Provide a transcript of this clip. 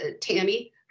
Tammy